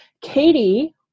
Katie